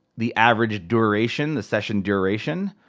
the average duration, the session duration.